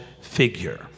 figure